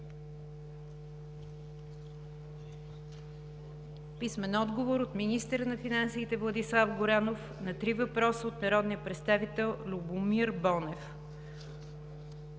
Гьоков; - министъра на финансите Владислав Горанов на три въпроса от народния представител Любомир Бонев;